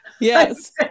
yes